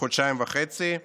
חודשיים וחצי,